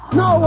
no